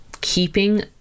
keeping